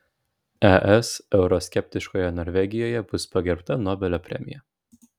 es euroskeptiškoje norvegijoje bus pagerbta nobelio premija